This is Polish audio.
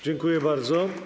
Dziękuję bardzo.